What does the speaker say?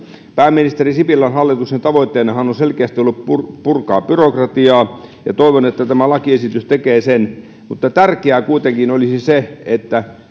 pääministeri sipilän hallituksen tavoitteenahan on on selkeästi ollut purkaa byrokratiaa ja toivon että tämä lakiesitys tekee sen mutta tärkeää kuitenkin olisi se että